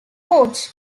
coach